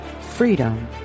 freedom